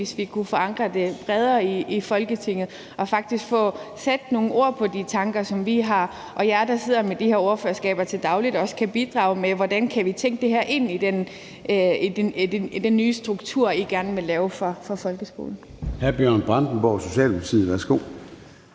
hvis vi kunne forankre det bedre i Folketinget og faktisk få sat nogle ord på de tanker, som vi har. Og jer, der sidder med de her ordførerskaber til daglig, kan også bidrage med, hvordan vi kan tænke det her ind i den nye struktur, I gerne vil lave for folkeskolen.